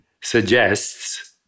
suggests